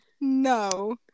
No